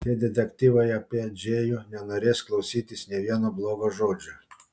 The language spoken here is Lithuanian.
tie detektyvai apie džėjų nenorės klausytis nė vieno blogo žodžio